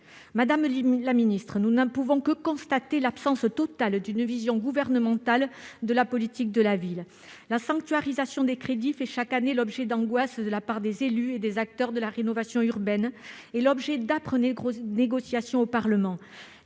Madame la ministre, nous ne pouvons que constater l'absence totale d'une vision gouvernementale de la politique de la ville. La sanctuarisation des crédits fait chaque année l'objet d'angoisses de la part des élus et des acteurs de la rénovation urbaine, comme d'âpres négociations au Parlement.